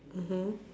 mmhmm